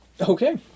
Okay